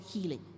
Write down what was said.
healing